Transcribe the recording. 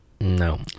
no